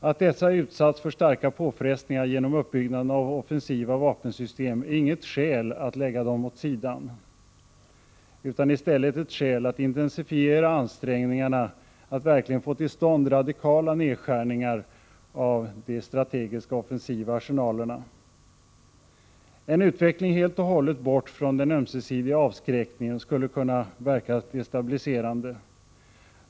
Att dessa utsatts för starka påfrestningar genom uppbyggnaden av offensiva vapensystem är inget skäl att lägga dem åt sidan, utan i stället ett skäl att intensifiera ansträngningarna att verkligen få till stånd radikala nedskärningar av de strategiska offensiva arsenalerna. En utveckling helt och hållet bort från den ömsesidiga avskräckningen skulle kunna verka destabiliserande.